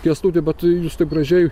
kęstuti bet jūs taip gražiai